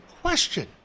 question